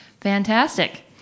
Fantastic